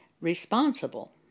responsible